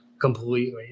completely